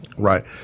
Right